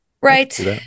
right